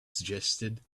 suggested